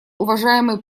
уважаемой